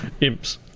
Imps